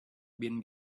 been